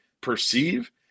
perceive